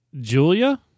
Julia